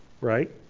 right